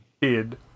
kid